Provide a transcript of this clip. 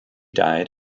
died